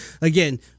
Again